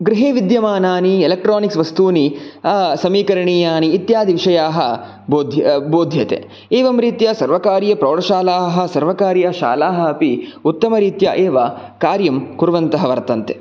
गृहे विद्यमानानि इलेक्ट्रानिक्स् वस्तूनि समीकरणीयानि इत्यादि विषयाः बोध्यते एवं रीत्या सर्वकारीयप्रौढशालाः सर्वकारीयशालाः अपि उत्तमरीत्या एव कार्यं कुर्वन्तः वर्तन्ते